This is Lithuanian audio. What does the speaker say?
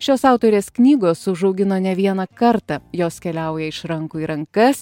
šios autorės knygos užaugino ne vieną kartą jos keliauja iš rankų į rankas